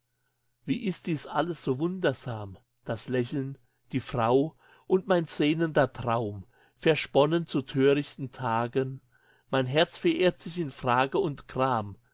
wie ist dies alles so wundersam das lächeln die frau und mein sehnender traum versponnen zu törichten tagen mein herz verirrt sich in frage und gram